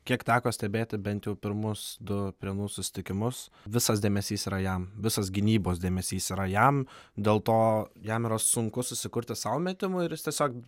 kiek teko stebėti bent jau pirmus du prienų susitikimus visas dėmesys yra jam visas gynybos dėmesys yra jam dėl to jam yra sunku susikurti sau metimų ir jis tiesiog